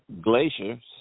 glaciers